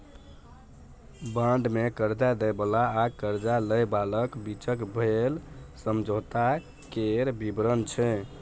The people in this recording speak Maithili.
बांड मे करजा दय बला आ करजा लय बलाक बीचक भेल समझौता केर बिबरण छै